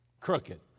crooked